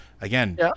Again